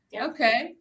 okay